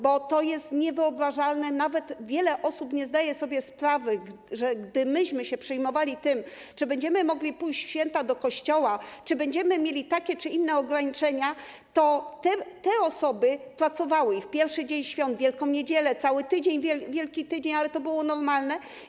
Bo to jest niewyobrażalne, wiele osób nawet nie zdaje sobie sprawy, że gdy myśmy się przejmowali tym, czy będziemy mogli pójść w święta do kościoła, czy będziemy mieli takie czy inne ograniczenia, to te osoby pracowały i w pierwszy dzień świąt, w Wielką Niedzielę, i przez cały tydzień, Wielki Tydzień, ale to było normalne.